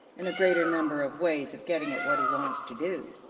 and a greater number of ways of getting at what he wants to do.